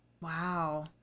Wow